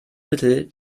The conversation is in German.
mittel